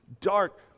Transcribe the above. dark